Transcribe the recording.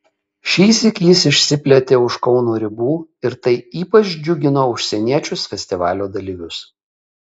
šįsyk jis išsiplėtė už kauno ribų ir tai ypač džiugino užsieniečius festivalio dalyvius